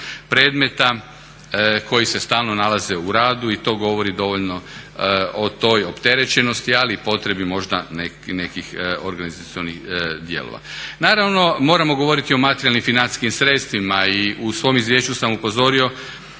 predmeta koji se stalno nalaze u radu i to govori dovoljno o toj opterećenosti ali i potrebi možda nekih organizacijskih dijelova. Naravno moramo govoriti i o materijalnim financijskim sredstvima i u svom izvješću sam upozorio